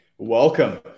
Welcome